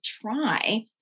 try